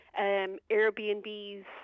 Airbnbs